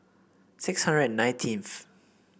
six hundred and nineteenth